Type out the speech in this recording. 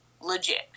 legit